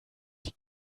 die